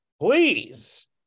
please